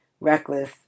reckless